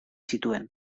zituen